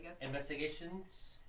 Investigations